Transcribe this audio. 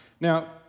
Now